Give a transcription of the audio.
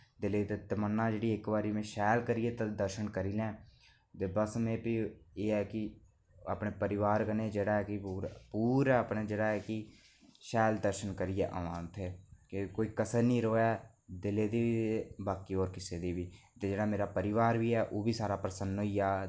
दिलै दी तमन्ना जेह्ड़ी इक्क बारी में शैल करियै दर्शन करी लें ते बस में एह् ऐ की अपने परिवार कन्नै जेह्ड़ा ऐ की पूरा अपना जेह्ड़ा ऐ कि शैल दर्शन करियै आमां उत्थें की कोई कसर निं रवै दिलै दी बाकी होर किसै दी ते मेरा जेह्ड़ा परिवार बी ऐ ओह्बी सारा प्रसन्न होई जा